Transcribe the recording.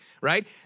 right